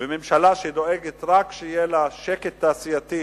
וממשלה שדואגת רק שיהיה לה שקט תעשייתי,